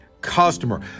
customer